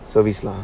service lah